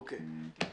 אוקיי.